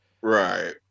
Right